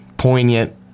Poignant